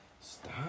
Stop